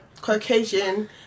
Caucasian